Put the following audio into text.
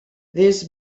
this